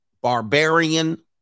barbarian